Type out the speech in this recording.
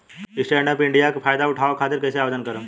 Stand up India के फाइदा उठाओ खातिर कईसे आवेदन करेम?